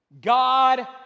God